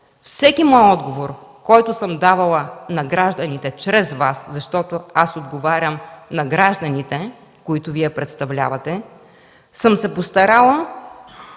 Всеки мой отговор, който съм давала на гражданите чрез Вас, защото аз отговарям на гражданите, които Вие представлявате, съм се старала